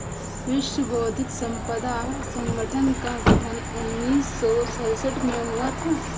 विश्व बौद्धिक संपदा संगठन का गठन उन्नीस सौ सड़सठ में हुआ था